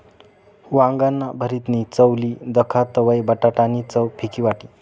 वांगाना भरीतनी चव ली दखा तवयं बटाटा नी चव फिकी वाटी